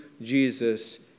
Jesus